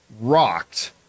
rocked